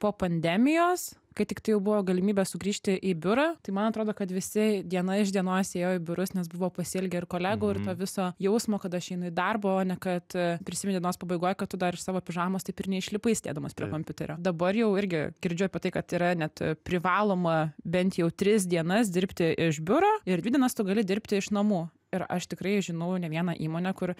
po pandemijos kai tik tai jau buvo galimybė sugrįžti į biurą tai man atrodo kad visi diena iš dienos ėjo į biurus nes buvo pasielgę ir kolegų ir to viso jausmo kad aš einu į darbą o ne kad prisimeni dienos pabaigoj kad tu dar iš savo pižamos taip ir neišlipai sedėdamas prie kompiuterio dabar jau irgi girdžiu apie tai kad yra net privaloma bent jau tris dienas dirbti iš biuro ir dvi dienas tu gali dirbti iš namų ir aš tikrai žinau ne vieną įmonę kur